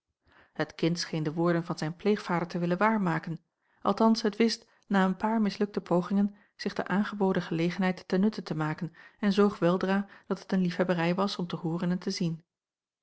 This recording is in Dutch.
het kind scheen de woorden van zijn pleegvader te willen waar maken althans het wist na een paar mislukte pogingen zich de aangeboden gelegenheid ten nutte te maken en zoog weldra dat het een liefhebberij was om te hooren en te zien